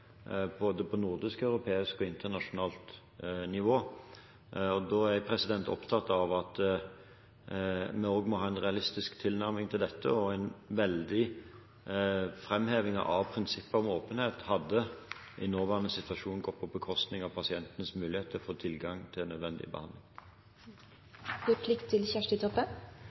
på nordisk, europeisk og internasjonalt nivå. Da er jeg opptatt av at vi også må ha en realistisk tilnærming til dette, og en veldig framheving av prinsippet om åpenhet hadde i nåværende situasjon gått på bekostning av pasientenes muligheter for tilgang til nødvendig